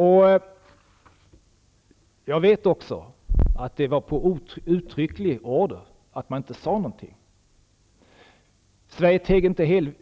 Och jag vet också att det var på uttrycklig order man inte sade något. Sverige teg förstås inte helt.